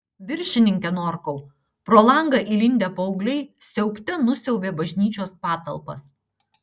viršininke norkau pro langą įlindę paaugliai siaubte nusiaubė bažnyčios patalpas